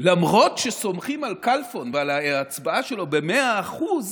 שלמרות שסומכים על כלפון ועל ההצבעה שלו במאה אחוז